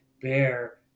bear